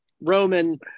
Roman